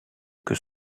que